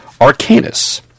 Arcanus